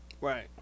Right